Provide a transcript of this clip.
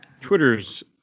Twitter's